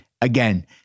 Again